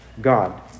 God